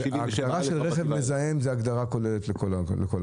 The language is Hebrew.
--- אבל ההגדרה של רכב מזהם זו הגדרה כוללת לכולם.